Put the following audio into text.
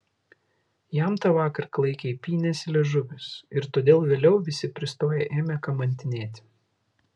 jam tą vakar klaikiai pynėsi liežuvis ir todėl vėliau visi pristoję ėmė kamantinėti